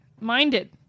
minded